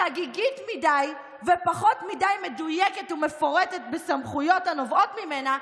חגיגית מדי ופחות מדי מדויקת ומפורטת בסמכויות הנובעות ממנה,